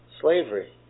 slavery